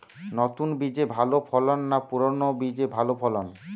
নতুন বীজে ভালো ফলন না পুরানো বীজে ভালো ফলন?